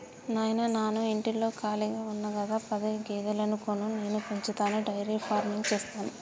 నాయిన నాను ఇంటిలో కాళిగా ఉన్న గదా పది గేదెలను కొను నేను పెంచతాను డైరీ ఫార్మింగ్ సేస్తాను